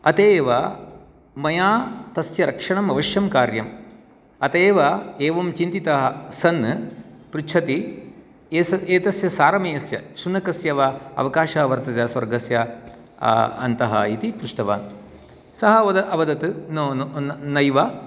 अत एव मया तस्य रक्षणम् अवश्यं कार्यम् अत एव एवं चिन्तितः सन्न पृच्छति एतस्य सारमेयस्य शुनकस्य वा अवकाशः वर्तते स्वर्गस्य अन्तः इति पृष्टवान् सः अवदत् न न नैव